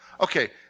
Okay